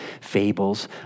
fables